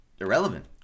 irrelevant